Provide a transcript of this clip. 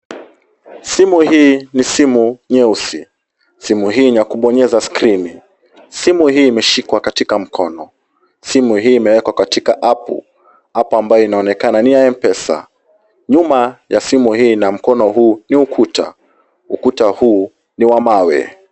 Simu hii ni simu nyeusi. Simu hii ni ya kubonyeza skrini. Simu hii imeshikwa katika mkono. Simu hii imewekwa katika app . App ambayo inaonekana ni ya Mpesa. Nyuma ya simu hii na mkono huu ni ukuta. Ukuta huu ni wa mawe.